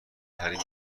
ترین